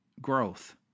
growth